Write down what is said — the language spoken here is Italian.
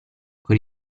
con